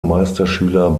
meisterschüler